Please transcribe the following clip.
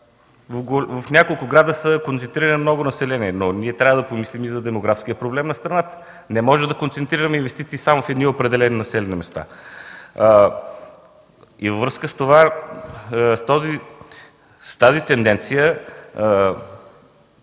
в няколко града е концентрирано много население, но ние трябва да помислим и за демографския проблем на страната. Не може да концентрираме инвестиции само в едни определени населени места. Във връзка с тази тенденция